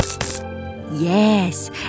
Yes